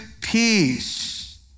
peace